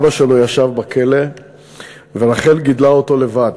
אבא שלו ישב בכלא ורחל גידלה אותו לבד.